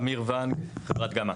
אמיר ונג, חברת גמא.